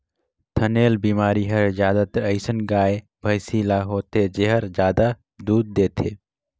थनैल बेमारी हर जादातर अइसन गाय, भइसी ल होथे जेहर जादा दूद देथे